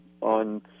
on